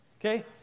okay